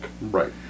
Right